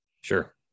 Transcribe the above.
Sure